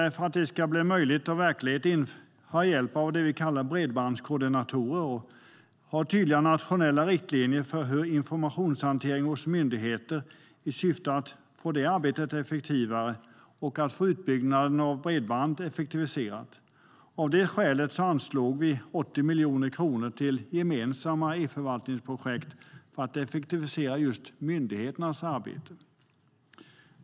För att det ska bli verklighet vill vi ha hjälp av det som vi kallar för bredbandskoordinatorer och ha tydliga nationella riktlinjer för informationshantering hos myndigheterna i syfte att effektivisera det arbetet och utbyggnaden av bredband. Av det skälet anslår vi 80 miljoner kronor till gemensamma e-förvaltningsprojekt för att effektivisera just myndigheternas arbete.